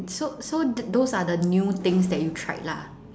so so the those are the new things that you tried lah